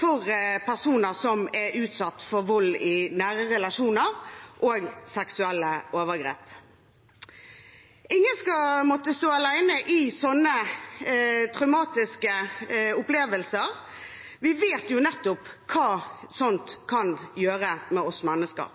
for personer som er utsatt for vold i nære relasjoner og seksuelle overgrep. Ingen skal måtte stå alene i slike traumatiske opplevelser. Vi vet hva slikt kan gjøre med oss mennesker.